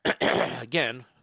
again